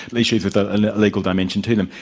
issues with a legal dimension to them,